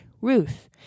Ruth